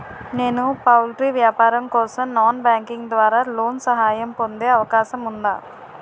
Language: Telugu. నేను పౌల్ట్రీ వ్యాపారం కోసం నాన్ బ్యాంకింగ్ ద్వారా లోన్ సహాయం పొందే అవకాశం ఉందా?